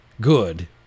good